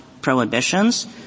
prohibitions